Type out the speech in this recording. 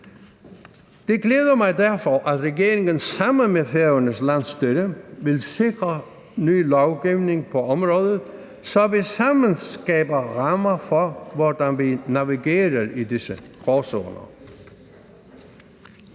Det glæder mig derfor, at regeringen – sammen med Færøernes landsstyre – vil sikre ny lovgivning på området, så vi sammen skaber rammer for, hvordan vi navigerer i disse gråzoner.